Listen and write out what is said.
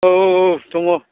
औ औ औ दङ